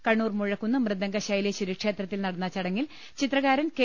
Kannur Muzhakkunnu മൃദംഗ ശൈലേശ്വരി ക്ഷേത്രത്തിൽ നടന്ന ചടങ്ങിൽ ചിത്ര കാരൻ കെ